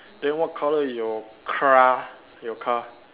then what color is your car your car